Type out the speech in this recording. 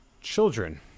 children